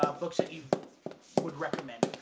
um books that you would recommend.